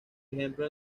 ejemplo